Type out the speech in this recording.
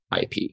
IP